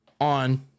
on